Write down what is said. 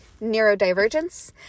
neurodivergence